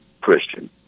Christian